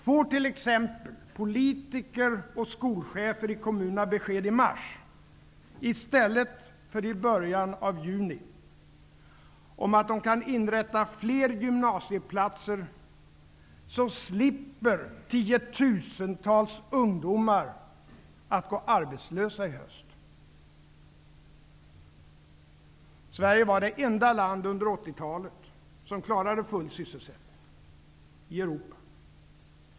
Får till exempel politiker och skolchefer i kommunerna besked i mars -- i stället för i början av juni -- om att de kan inrätta fler gymnasieplatser, slipper tiotusentals ungdomar gå arbetslösa i höst. Sverige var det enda landet i Europa som klarade full sysselsättning på 80-talet.